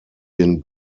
den